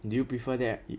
do you prefer that